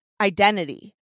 identity